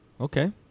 Okay